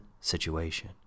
situation